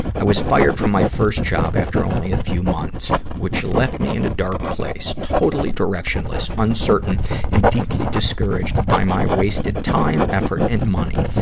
i was fired from my first job after only a few months, which left me in a dark place. totally directionless uncertain and deeply discouraged by my wasted time, effort, and money.